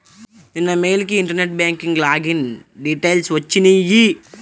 నిన్న మెయిల్ కి internet bank login details వచ్చినియ్యి